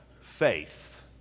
Faith